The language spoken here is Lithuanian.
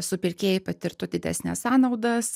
supirkėjai patirtų didesnes sąnaudas